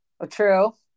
True